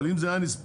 אבל אם זה היה נספר,